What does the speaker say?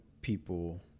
people